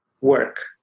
work